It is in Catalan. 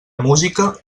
música